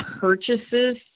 purchases